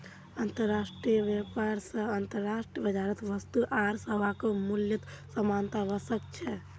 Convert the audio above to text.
अंतर्राष्ट्रीय व्यापार स अंतर्राष्ट्रीय बाजारत वस्तु आर सेवाके मूल्यत समानता व स छेक